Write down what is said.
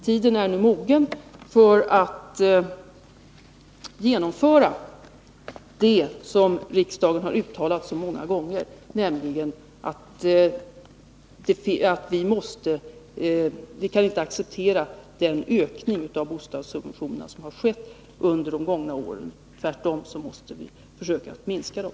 Tiden är nu mogen att genomföra vad riksdagen har uttalat så många gånger — vi kan nämligen inte acceptera den ökning av bostadssubventionerna som har ägt rum under de gångna åren. Tvärtom måste vi försöka att minska dem.